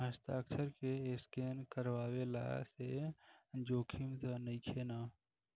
हस्ताक्षर के स्केन करवला से जोखिम त नइखे न?